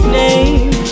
name